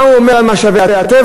מה הוא אומר על משאבי הטבע,